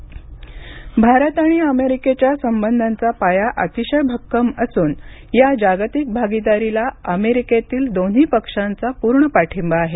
America निवडणक आणि भारत भारत आणि अमेरिकेच्या संबंधांचा पाया अतिशय भक्कम असून या जागतिक भागीदारीला अमेरिकेतील दोन्ही पक्षांचा पूर्ण पाठींबा आहे